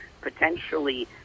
potentially